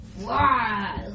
Wow